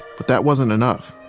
but that wasn't enough.